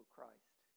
Christ